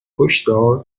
هشدار